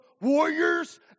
warriors